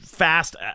Fast